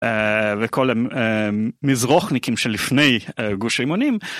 וכל המזרוחניקים שלפני גוש אמונים.